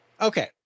Okay